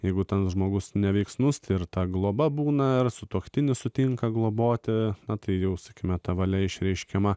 jeigu tas žmogus neveiksnus ir ta globa būna ar sutuoktinis sutinka globoti tai jau sakykime ta valia išreiškiama